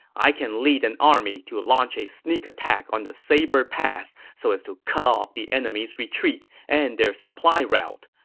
i can lead an army to launch a sneak attack on the saber pass so as to cut off the enemy's retreat and their supply route.